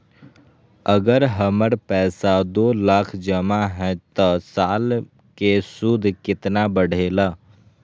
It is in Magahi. अगर हमर पैसा दो लाख जमा है त साल के सूद केतना बढेला?